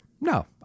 No